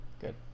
Good